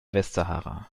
westsahara